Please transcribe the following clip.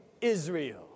Israel